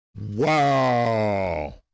Wow